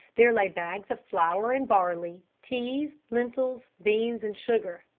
there lay bags of flour and barley, teas, lentils, beans and sugar.